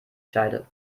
scheide